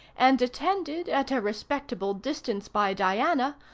and attended at a respectable distance by diana,